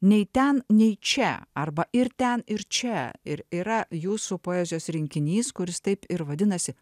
nei ten nei čia arba ir ten ir čia ir yra jūsų poezijos rinkinys kuris taip ir vadinasi